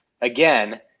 again